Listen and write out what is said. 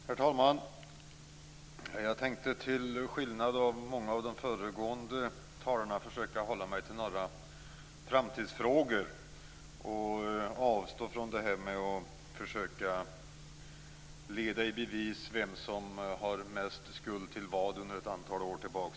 Herr talman! Jag tänkte till skillnad från många av de föregående talarna försöka hålla mig till några framtidsfrågor och avstå från att försöka leda i bevis vem som har mest skuld till vad under ett antal år tillbaka.